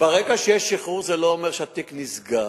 ברגע שיש שחרור, זה לא אומר שהתיק נסגר.